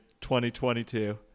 2022